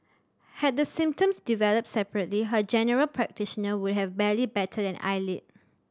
had the symptoms developed separately her general practitioner would have barely batted an eyelid